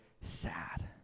sad